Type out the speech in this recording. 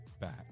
back